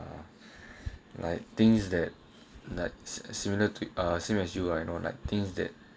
like things that that's similar to a same as you lah you know like things that